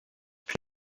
puis